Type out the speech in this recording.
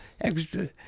extra